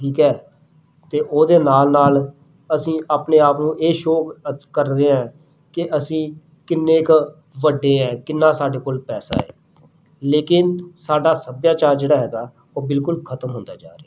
ਠੀਕ ਹੈ ਅਤੇ ਉਹਦੇ ਨਾਲ਼ ਨਾਲ਼ ਅਸੀਂ ਆਪਣੇ ਆਪ ਨੂੰ ਇਹ ਸ਼ੋਅ ਅੱਜ ਕਰ ਰਹੇ ਹਾਂ ਕਿ ਅਸੀਂ ਕਿੰਨੇ ਕੁ ਵੱਡੇ ਹਾਂ ਕਿੰਨਾ ਸਾਡੇ ਕੋਲ ਪੈਸਾ ਹੈ ਲੇਕਿਨ ਸਾਡਾ ਸੱਭਿਆਚਾਰ ਜਿਹੜਾ ਹੈਗਾ ਉਹ ਬਿਲਕੁਲ ਖ਼ਤਮ ਹੁੰਦਾ ਜਾ ਰਿਹਾ